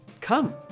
Come